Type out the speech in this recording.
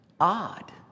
odd